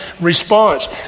response